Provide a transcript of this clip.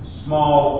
small